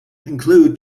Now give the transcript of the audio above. include